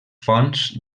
fonts